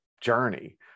journey